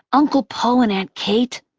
uncle po and aunt kate.